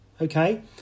Okay